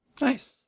Nice